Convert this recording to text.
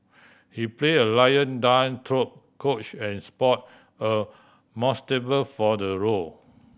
he play a lion dance troupe coach and sport a for the role